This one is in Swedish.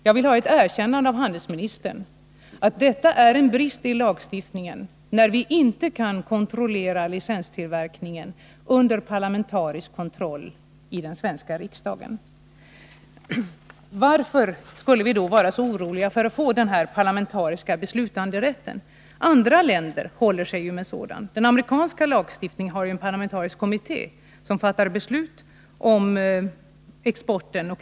Jag vill ha ett erkännande av handelsministern att det är en brist i lagstiftningen när vi i Sveriges riksdag inte kan hålla licenstillverkningen under parlamentarisk kontroll. Varför skulle vi då vara så oroliga för att få en parlamentarisk beslutanderätt? Andra länder håller sig med detta. I den amerikanska lagstiftningen finns en parlamentarisk kommitté som fattar beslut om export av vapen.